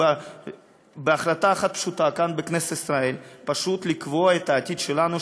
אפשר בהחלטה אחת פשוטה כאן בכנסת ישראל פשוט לקבוע את העתיד שלנו,